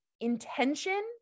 intention